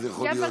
אז יכול להיות,